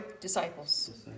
Disciples